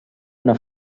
una